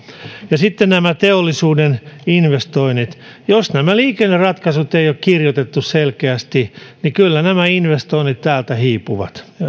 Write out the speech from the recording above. ja sitten teollisuuden investoinnit jos näitä liikenneratkaisuja ei ole kirjoitettu selkeästi niin kyllä nämä investoinnit täältä hiipuvat